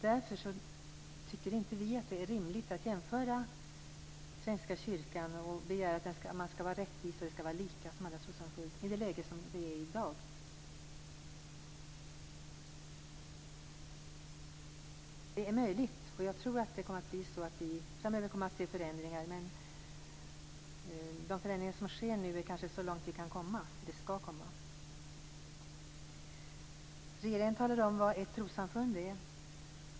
Därför tycker inte vi att det är rimligt att jämföra Svenska kyrkan med andra samfund och begära att man skall vara rättvis och att det skall vara lika för alla trossamfund som läget är i dag. Det är möjligt, och jag tror att det kommer att bli så, att vi framöver kommer att se förändringar. Men de förändringar som sker nu är kanske så långt vi skall komma. Regeringen talar om vad ett trossamfund är.